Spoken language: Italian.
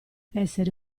essere